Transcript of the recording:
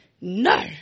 no